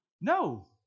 No